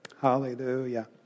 Hallelujah